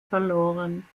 verloren